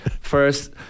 First